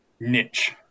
niche